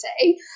say